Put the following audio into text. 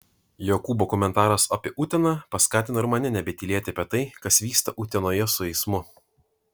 jokūbo komentaras apie uteną paskatino ir mane nebetylėti apie tai kas vyksta utenoje su eismu